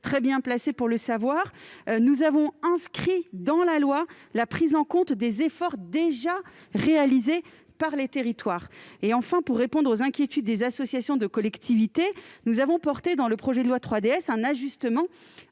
madame la sénatrice -, nous avons inscrit dans la loi la prise en compte des efforts déjà réalisés par les territoires. Enfin, pour répondre aux inquiétudes des associations de collectivités, nous avons introduit dans le projet de loi 3DS un allongement